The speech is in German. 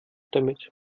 damit